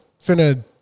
finna